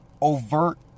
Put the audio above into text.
overt